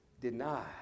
denied